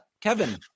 kevin